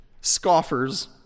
scoffers